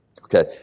Okay